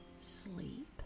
sleep